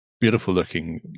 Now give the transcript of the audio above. beautiful-looking